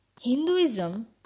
Hinduism